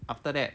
after that